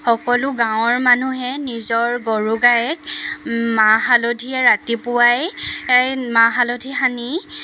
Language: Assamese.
সকলো গাঁৱৰ মানুহে নিজৰ গৰু গাইক মাহ হালধিয়ে ৰাতিপুৱাই মাহ হালধি সানি